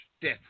Death